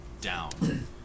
down